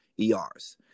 ERs